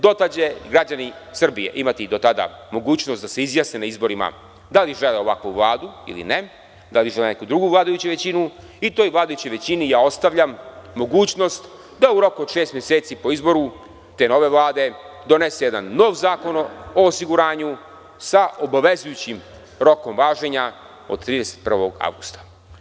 Do tada će građani Srbije imati mogućnost da se na izborima izjasne da li žele ovakvu Vladu ili ne, da li žele neku drugu vladajuću većinu i toj vladajućoj većini ostavlja mogućnost da u roku od šest meseci po izboru te nove Vlade donese jedan nov zakon o osiguranju sa obavezujućim rokom važenja, od 31. avgusta.